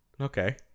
okay